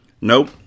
Nope